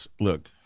look